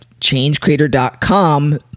changecreator.com